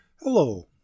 Hello